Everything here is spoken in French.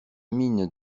mine